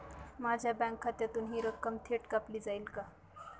माझ्या बँक खात्यातून हि रक्कम थेट कापली जाईल का?